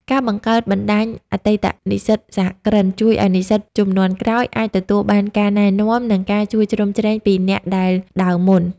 ការបង្កើតបណ្ដាញ "អតីតនិស្សិតសហគ្រិន" ជួយឱ្យនិស្សិតជំនាន់ក្រោយអាចទទួលបានការណែនាំ និងការជួយជ្រោមជ្រែងពីអ្នកដែលដើរមុន។